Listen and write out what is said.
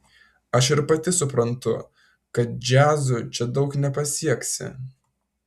aš ir pati suprantu kad džiazu čia daug nepasieksi